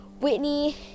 Whitney